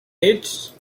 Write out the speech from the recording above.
ages